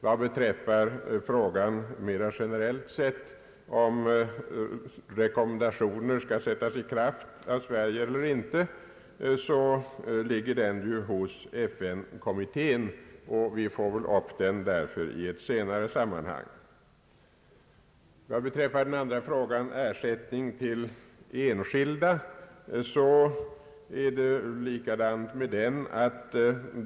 Vad beträffar frågan mera generellt sett om riksdagens hörande i frågor om rekommendationer skall sättas i kraft av Sverige eller inte, så ligger den ju hos FN-kommittén, och vi får väl upp den i ett senare sammanhang. Vad angår den andra frågan, ersättning till enskilda, förhåller det sig likadant med den.